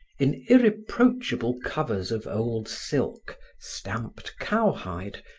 in irreproachable covers of old silk, stamped cow hide,